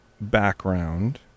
background